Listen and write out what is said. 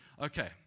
Okay